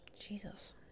Jesus